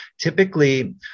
Typically